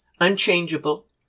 unchangeable